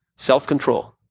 Self-control